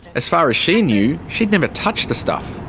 as far as she knew, she'd never touched the stuff.